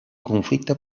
conflicte